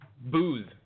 Booze